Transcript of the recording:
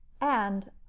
And